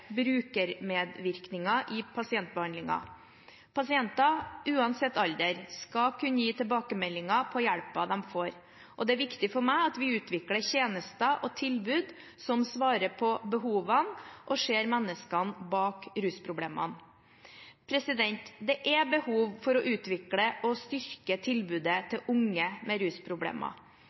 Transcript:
i pasientbehandlingen. Pasienter – uansett alder – skal kunne gi tilbakemeldinger på hjelpen de får. Det er viktig for meg at vi utvikler tjenester og tilbud som svarer på behovene og ser menneskene bak rusproblemene. Det er behov for å utvikle og styrke tilbudet til unge med rusproblemer.